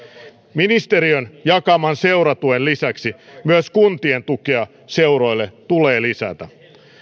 ministeriön jakaman seuratuen lisäksi myös kuntien tukea seuroille tulee lisätä